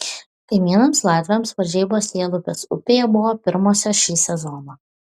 kaimynams latviams varžybos lielupės upėje buvo pirmosios šį sezoną